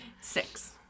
Six